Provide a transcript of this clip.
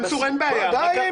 מנסור, אין בעיה.